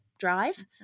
Drive